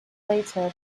later